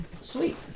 Sweet